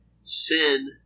sin